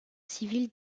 civil